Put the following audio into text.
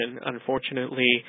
Unfortunately